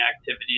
activity